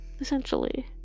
essentially